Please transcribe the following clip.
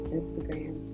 Instagram